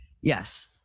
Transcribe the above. Yes